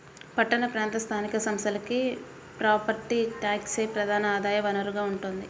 పట్టణ ప్రాంత స్థానిక సంస్థలకి ప్రాపర్టీ ట్యాక్సే ప్రధాన ఆదాయ వనరుగా ఉంటోంది